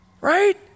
Right